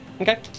Okay